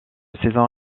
saison